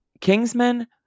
kingsman